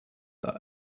that